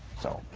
so,